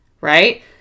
right